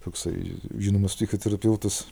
toksai žinomas psichoterapeutas